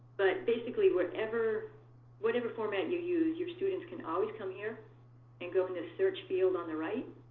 but basically, whatever whatever format you use, your students can always come here and go into the search field on the right,